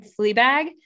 Fleabag